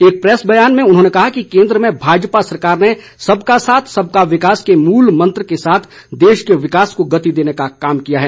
एक प्रैस बयान में उन्होंने कहा कि केन्द्र में भाजपा सरकार ने सबका साथ सबका विकास के मूल मंत्र के साथ देश के विकास को गति देने का काम किया है